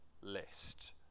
list